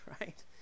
right